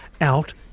out